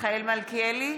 מיכאל מלכיאלי,